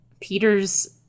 Peter's